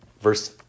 verse